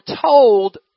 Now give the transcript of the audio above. told